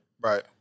Right